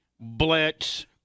Blitz